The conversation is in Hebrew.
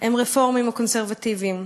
הם רפורמים או קונסרבטיבים.